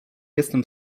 jestem